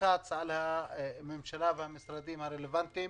ותלחץ על הממשלה ועל המשרדים הרלוונטיים